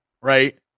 right